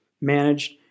managed